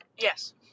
Yes